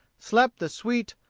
slept the sweet,